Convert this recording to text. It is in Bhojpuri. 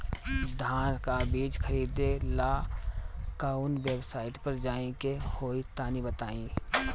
धान का बीज खरीदे ला काउन वेबसाइट पर जाए के होई तनि बताई?